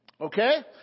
Okay